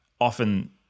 often